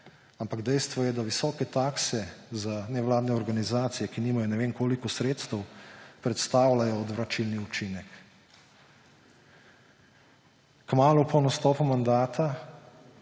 Ampak dejstvo je, da visoke takse za nevladne organizacije, ki nimajo ne vem koliko sredstev, predstavljajo odvračilni učinek. Kmalu po nastopu mandata,